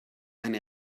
eine